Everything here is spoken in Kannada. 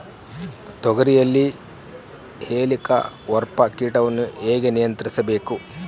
ತೋಗರಿಯಲ್ಲಿ ಹೇಲಿಕವರ್ಪ ಕೇಟವನ್ನು ಹೇಗೆ ನಿಯಂತ್ರಿಸಬೇಕು?